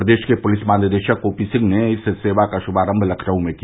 प्रदेश के पुलिस महानिदेशक ओपी सिंह ने इस सेवा का श्मारम्भ लखनऊ में किया